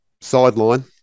sideline